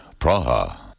Praha